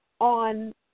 on